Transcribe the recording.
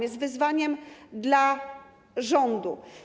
Jest wyzwaniem dla rządu.